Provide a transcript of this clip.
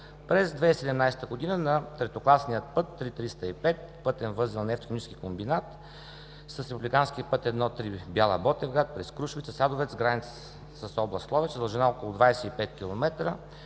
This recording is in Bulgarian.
През 2017 г. на третокласния път III-305/пътен възел „Нефтохимически комбинат“ (с републикански път I-3, Бяла – Ботевград) през Крушовица – Садовец – граница с област Ловеч, с дължина около 25 км